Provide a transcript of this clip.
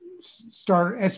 start